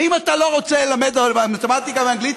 ואם אתה לא רוצה ללמד מתמטיקה ואנגלית